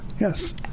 Yes